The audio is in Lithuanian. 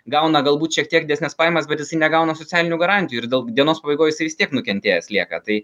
gauna galbūt šiek tiek didesnes pajamas bet jisai negauna socialinių garantijų ir del dienos pabaigoj jisai vis tiek nukentėjęs lieka tai